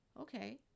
Okay